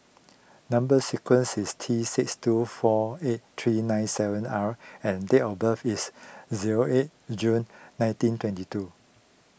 Number Sequence is T six two four eight three nine seven R and date of birth is zero eight June nineteen twenty two